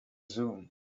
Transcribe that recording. zoom